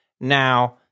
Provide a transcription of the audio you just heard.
now